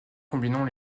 combinant